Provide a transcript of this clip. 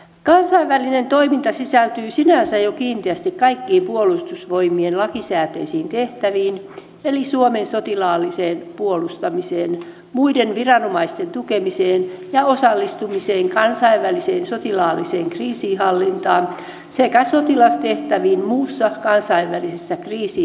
kansainvälinen toiminta sinänsä sisältyy jo kiinteästi kaikkiin puolustusvoimien lakisääteisiin tehtäviin eli suomen sotilaalliseen puolustamiseen muiden viranomaisten tukemiseen ja osallistumiseen kansainväliseen sotilaalliseen kriisinhallintaan sekä sotilastehtäviin muussa kansainvälisessä kriisinhallinnassa